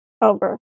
over